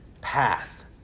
path